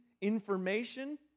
information